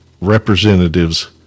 representatives